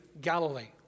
Galilee